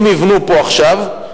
אם יבנו פה עכשיו,